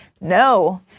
No